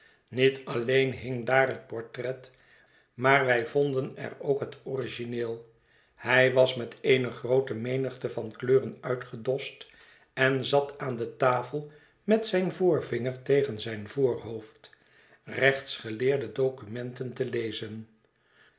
niet alleen hing daar het portret maar wij vonden er ook het origineel hij was met eene groote menigte van kleuren uitgedost en zat aan de tafel met zijn voorvinger tegen zijn voorhoofd rechtsgeleerde documenten te lezen